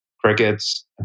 crickets